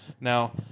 now